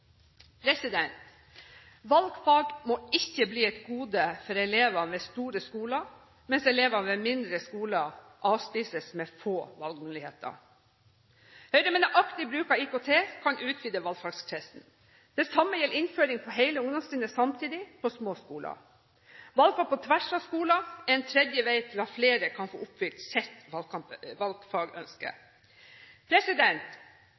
Valgfag må ikke bli et gode for elever ved store skoler, mens elevene ved mindre skoler avspises med få valgmuligheter. Høyre mener aktiv bruk av IKT kan utvide valgfagkretsen. Det samme gjelder innføring på hele ungdomstrinnet samtidig på små skoler. Valgfag på tvers av skoler er en tredje vei til at flere kan få oppfylt